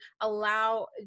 allow